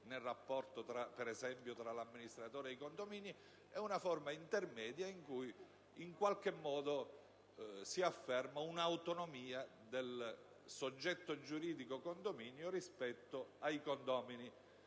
per esempio tra l'amministratore e i condomini: è una forma intermedia, in cui in qualche modo si afferma un'autonomia del soggetto giuridico condominio rispetto ai condomini.